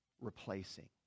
replacing